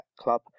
club